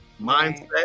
mindset